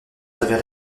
travers